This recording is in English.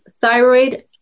thyroid